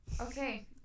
Okay